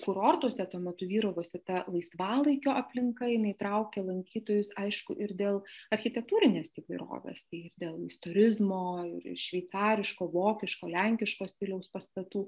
kurortuose tuo metu vyravusi ta laisvalaikio aplinka jinai traukė lankytojus aišku ir dėl architektūrinės įvairovės ir dėl istorizmo ir šveicariško vokiško lenkiško stiliaus pastatų